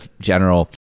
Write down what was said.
general